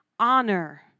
honor